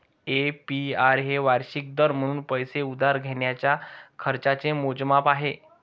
APR हे वार्षिक दर म्हणून पैसे उधार घेण्याच्या खर्चाचे मोजमाप आहे